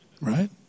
right